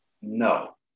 No